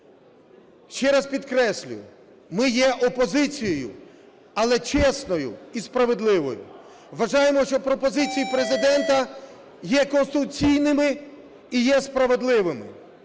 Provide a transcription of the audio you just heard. Ще раз підкреслюю, ми є опозицією, але чесною і справедливою, вважаємо, що пропозиції Президента є конституційними і є справедливими,